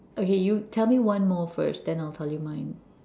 okay you tell me one more first then I'll tell you mine